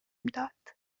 داد